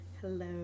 Hello